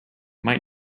might